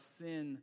sin